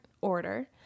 order